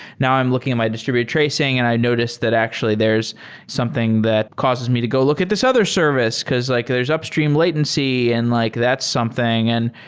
now i'm looking at my distributor tracing and i noticed that actually there's something that causes me to go look at this other service, because like there's upstream latency and like that's something. and